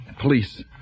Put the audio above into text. Police